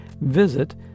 visit